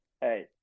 hey